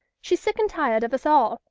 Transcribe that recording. she's sick and tired of us all,